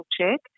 check